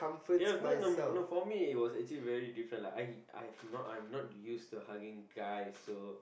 ya no no no for me it was actually very different lah I I have not I'm not used to hugging guys